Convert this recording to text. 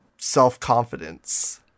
self-confidence